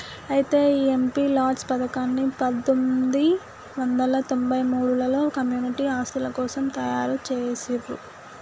అయితే ఈ MP LADS పథకాన్ని పందొమ్మిది వందల తొంభై మూడులలో కమ్యూనిటీ ఆస్తుల కోసం తయారు జేసిర్రు